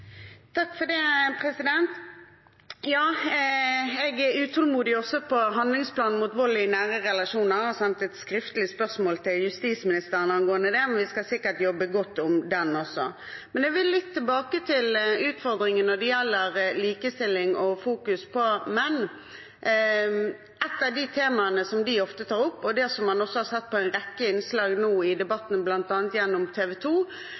Jeg er utålmodig når det gjelder handlingsplanen mot vold i nære relasjoner og har sendt et skriftlig spørsmål til justisministeren angående det. Vi skal sikkert jobbe godt med den også, men jeg vil litt tilbake til utfordringen når det gjelder likestilling og fokus på menn. Et av de temaene som de ofte tar opp, og som man har sett i en rekke innslag i debatten, bl.a. gjennom